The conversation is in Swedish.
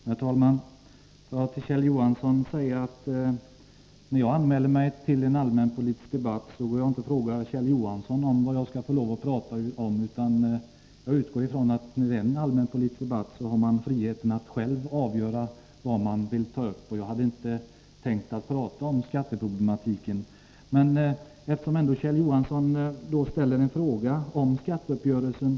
Herr talman! Låt mig till Kjell Johansson säga att när jag anmäler mig till en allmänpolitisk debatt går jag inte och frågar Kjell Johansson om vad jag får lov att prata om. När det är en allmänpolitisk debatt har man — det utgår jag ifrån — friheten att själv avgöra vad man vill ta upp. Jag hade inte tänkt prata om skatteproblematiken. Kjell Johansson ställde en fråga om skatteuppgörelsen.